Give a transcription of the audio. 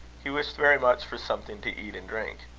he wished very much for something to eat and drink.